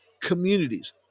communities